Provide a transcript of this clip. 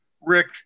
Rick